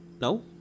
No